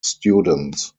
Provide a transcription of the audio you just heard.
students